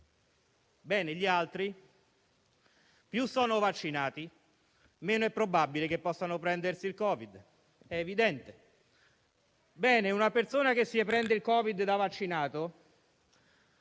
Bene, gli altri più sono vaccinati e meno è probabile che possano prendersi il Covid. È evidente. Una persona che si prende il Covid da vaccinato